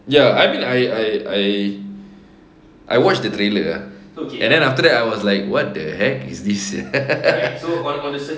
ya I mean I I I I watched the trailer and then after that I was like what the heck is this